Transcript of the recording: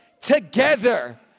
together